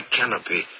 canopy